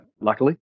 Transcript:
luckily